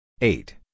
eight